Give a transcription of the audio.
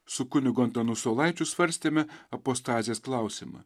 su kunigu antanu saulaičiu svarstėme apostazės klausimą